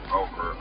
over